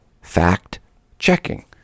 fact-checking